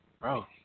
Bro